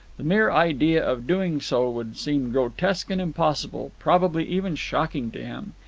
the mere idea of doing so would seem grotesque and impossible, probably even shocking, to him.